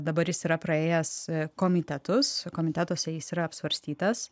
dabar jis yra praėjęs komitetus komitetuose jis yra apsvarstytas